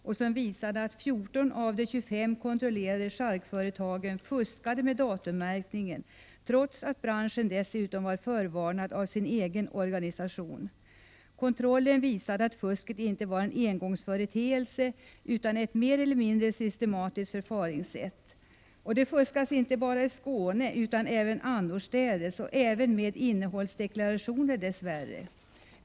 Razzian visade att 14 av 25 kontrollerade charkföretag fuskade med datummärkningen, trots att branschen var förvarnad av sin egen organisation. Kontrollen visade att fusket inte var en engångsföreteelse utan ett mer eller mindre systematiskt förfaringssätt. Det fuskas inte bara i Skåne utan även annorstädes. Dess värre fuskas det även med innehållsdeklarationer.